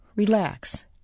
Relax